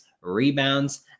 rebounds